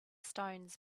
stones